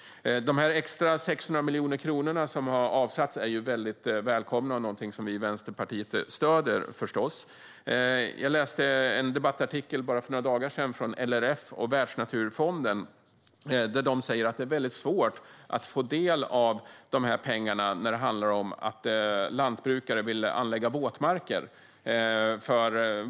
De extra 600 miljoner kronor som har avsatts är väldigt välkomna och någonting som vi i Vänsterpartiet förstås stöder. För bara några dagar sedan läste jag en debattartikel av LRF och Världsnaturfonden. De säger att det är svårt att få del av dessa pengar när det handlar om att lantbrukare vill anlägga våtmarker.